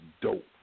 dope